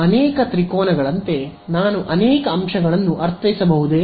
ಅನೇಕ ತ್ರಿಕೋನಗಳಂತೆ ನಾನು ಅನೇಕ ಅಂಶಗಳನ್ನು ಅರ್ಥೈಸಬಹುದೇ